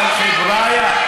אבל חבריא,